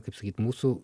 kaip sakyt mūsų